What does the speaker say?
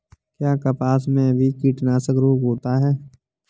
क्या कपास में भी कीटनाशक रोग होता है?